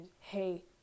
hey